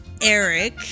Eric